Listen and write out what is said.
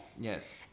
Yes